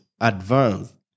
advanced